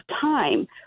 time